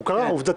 הוא קרה עובדתית.